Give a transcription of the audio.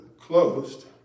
closed